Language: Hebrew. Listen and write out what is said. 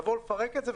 לבוא לפרק את זה,